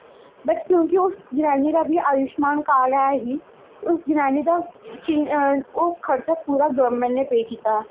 but क्योंकि उस जनानी दा बी आयुश्मान कार्ड है ही उस जनानी दा ओह् पूरा खर्चा पूरा गौरमैंट नै पे कीता